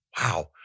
wow